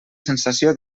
sensació